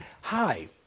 Hi